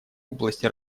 области